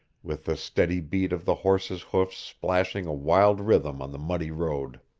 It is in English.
with the steady beat of the horses' hoofs splashing a wild rhythm on the muddy road.